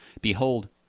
Behold